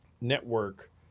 network